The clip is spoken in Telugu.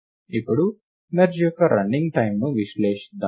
ఇప్పుడు మెర్జ్ యొక్క రన్నింగ్ టైమ్ని విశ్లేషిద్దాం